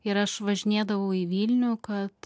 ir aš važinėdavau į vilnių kad